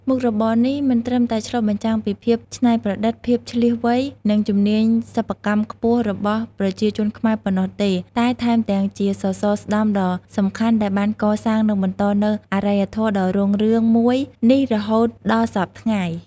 មុខរបរនេះមិនត្រឹមតែឆ្លុះបញ្ចាំងពីភាពច្នៃប្រឌិត ភាពឈ្លាសវៃ និងជំនាញសិប្បកម្មខ្ពស់របស់ប្រជាជនខ្មែរប៉ុណ្ណោះទេ តែថែមទាំងជាសសរស្តម្ភដ៏សំខាន់ដែលបានកសាងនិងបន្តនូវអរិយធម៌ដ៏រុងរឿងមួយនេះរហូតដល់ាសព្វថ្ងៃ។